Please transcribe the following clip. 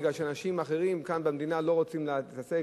מפני שאנשים אחרים כאן במדינה לא רוצים להתעסק,